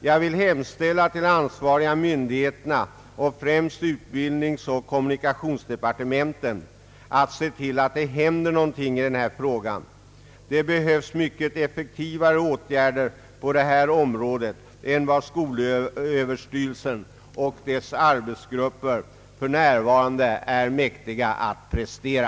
Jag vill hemställa till de ansvariga myndigheterna — främst utbildningsoch kommunikationsdepartementen — att de ser till att någonting händer i denna fråga. Det behövs mycket effektivare åtgärder på detta område än de skolöverstyrelsen och dess arbetsgrupper för närvarande är mäktiga att prestera.